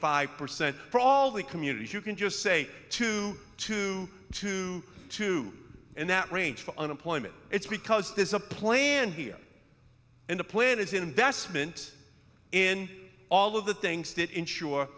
five percent for all the communities you can just say two two two two in that range for unemployment it's because there's a plan here and a plan is investment in all of the things that ensure